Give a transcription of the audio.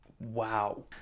Wow